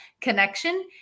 connection